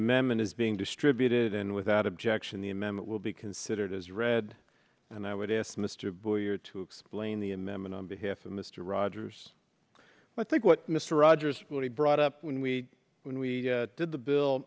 amendment is being distributed and without objection the amendment will be considered as read and i would ask mr boyer to explain the amendment on behalf of mr rogers i think what mr rogers will be brought up when we when we did the bill